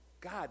God